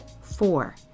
Four